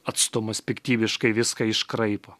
atstumas piktybiškai viską iškraipo